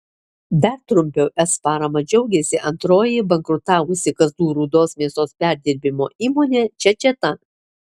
dar trumpiau es parama džiaugėsi antroji bankrutavusi kazlų rūdos mėsos perdirbimo įmonė čečeta